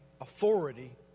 authority